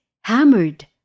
hammered